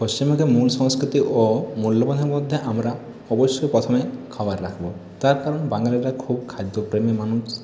পশ্চিমবঙ্গের মূল সংস্কৃতি ও মূল্যবানের মধ্যে আমরা অবশ্যই প্রথমে খাবার রাখবো তার কারণ বাঙালিরা খুব খাদ্যপ্রেমী মানুষ